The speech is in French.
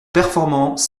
performants